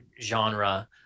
genre